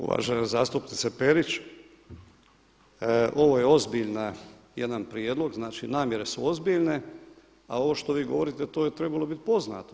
Uvažena zastupnice Perić, ovo je ozbiljan jedan prijedlog, znači namjere su ozbiljne a ovo što vi govorite to je trebalo biti poznato.